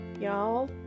y'all